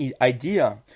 idea